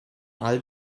all